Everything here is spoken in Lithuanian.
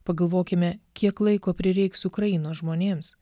pagalvokime kiek laiko prireiks ukrainos žmonėms